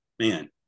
man